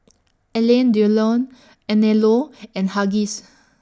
Alain Delon Anello and Huggies